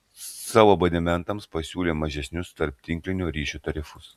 savo abonentams pasiūlė mažesnius tarptinklinio ryšio tarifus